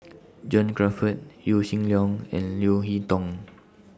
John Crawfurd Yaw Shin Leong and Leo Hee Tong